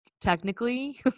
technically